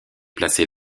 placée